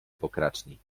pokraczni